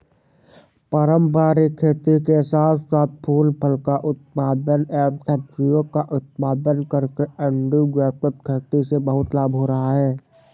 पारंपरिक खेती के साथ साथ फूल फल का उत्पादन एवं सब्जियों का उत्पादन करके इंटीग्रेटेड खेती से बहुत लाभ हो रहा है